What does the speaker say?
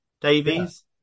Davies